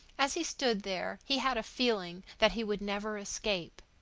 as he stood there he had a feeling that he would never escape.